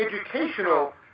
educational